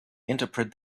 interpret